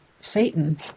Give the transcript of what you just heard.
Satan